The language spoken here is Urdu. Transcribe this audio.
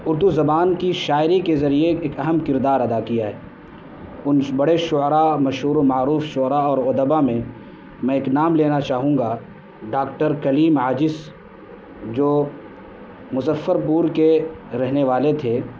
اردو زبان کی شاعری کے ذریعے ایک اہم کردار ادا کیا ہے ان بڑے شعرا اور مشہور و معروف شعرا اور ادبا میں میں ایک نام لینا چاہوں گا ڈاکٹر کلیم عاجز جو مظفر پور کے رہنے والے تھے